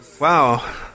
Wow